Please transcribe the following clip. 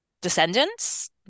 descendants